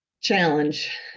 challenge